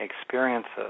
experiences